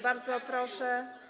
Bardzo proszę.